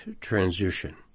transition